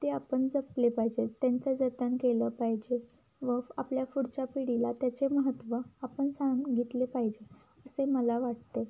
ते आपण जपले पाहिजेत त्यांचं जतन केलं पाहिजे व आपल्या पुढच्या पिढीला त्याचे महत्त्व आपण सांगितले पाहिजे असे मला वाटते